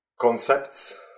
concepts